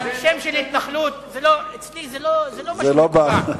אבל שם של התנחלויות אצלי זה לא משהו מקובע.